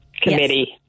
committee